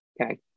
Okay